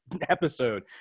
episode